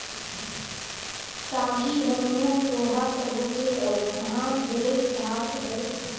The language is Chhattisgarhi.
टागी हर मोट लोहा कर होथे अउ ओमहा ढेरेच धार रहेल